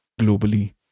globally